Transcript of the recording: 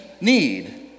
need